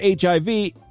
HIV